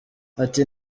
ati